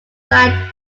side